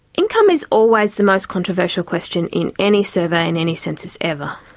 income is always the most controversial question in any survey in any census ever,